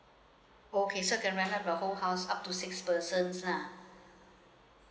orh okay so can I rent out the whole house up to six persons lah